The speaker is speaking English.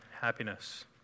happiness